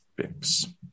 bix